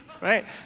right